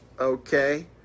Okay